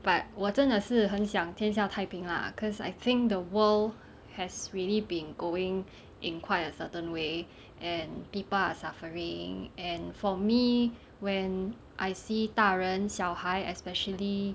but 我真的是很想天下太平 lah cause I think the world has really been going in quite a certain way and people are suffering and for me when I see 大人小孩 especially